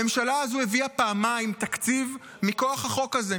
הממשלה הזו הביאה פעמיים תקציב מכוח החוק הזה,